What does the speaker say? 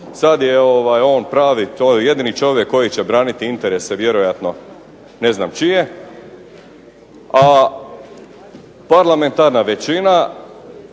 sad je on pravi, to je jedini čovjek koji će braniti interese vjerojatno ne znam čije, a parlamentarna većina